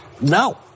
No